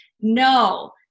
No